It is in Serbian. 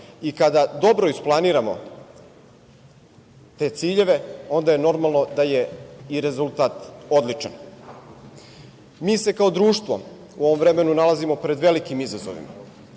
i kada dobro isplaniramo te ciljeve onda je normalno da je i rezultat odličan. Mi se kao društvo povremeno nalazimo pred velikim izazovima